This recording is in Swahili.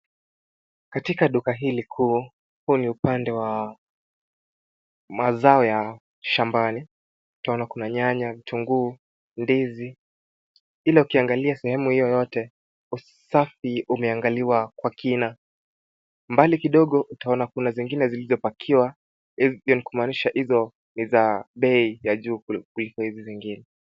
Katika duka hili kuu huu ni upande wa mazao ya shambani tunaona kuna nyanya, vitunguu, ndizi ila ukiangalia sehemu hio yote usafi umeangaliwa kwa kina mbali kidogo utaona kuna zingine zilizo pakiwa hivyo ni kumaanisha hizo ni za bei ya juu kuliko hizi zingine.